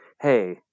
hey